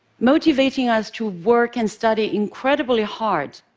motivating us to work and study incredibly hard.